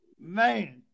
Man